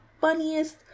funniest